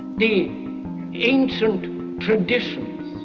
the ancient traditions.